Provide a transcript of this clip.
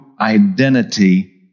identity